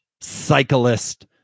Cyclist